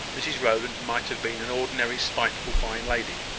mrs rowland might have been an ordinary spiteful fine lady.